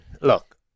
Look